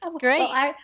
Great